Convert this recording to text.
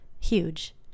huge